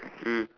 mm